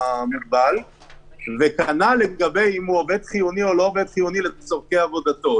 המוגבל וכנ"ל לגבי אם הוא עובד חיוני או לא עובד חיוני לצרכי עבודתו.